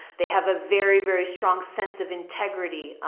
they have a very, very strong sense of integrity.